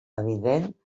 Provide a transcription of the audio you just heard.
evident